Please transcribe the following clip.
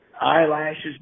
eyelashes